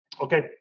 Okay